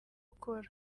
gukora